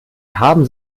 haben